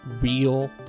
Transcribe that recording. real